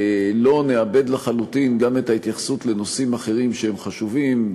לא נאבד לחלוטין גם את ההתייחסות לנושאים אחרים שהם חשובים,